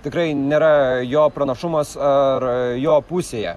tikrai nėra jo pranašumas ar jo pusėje